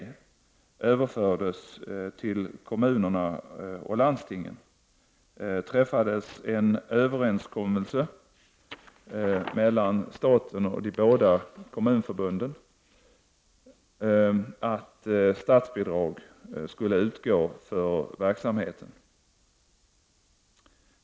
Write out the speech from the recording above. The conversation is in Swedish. och landstingen träffades en överenskommelse mellan staten och de båda kommunförbunden att statsbidrag skulle utgå för verksamheten.